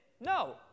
no